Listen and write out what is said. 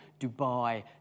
Dubai